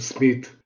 Smith